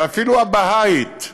ואפילו הבהאית,